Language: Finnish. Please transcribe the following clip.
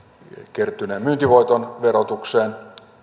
kertyneen myyntivoiton verotukseen